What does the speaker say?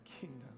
kingdom